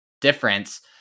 difference